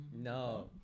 no